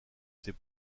ses